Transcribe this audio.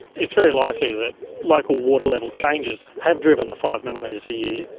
it's very likely that local water level changes have driven the five millimetres a year,